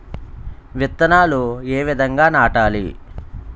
విత్తనాలు ఏ విధంగా నాటాలి?